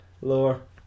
Lower